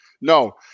No